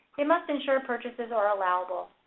they must ensure purchases are allowable.